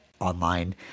online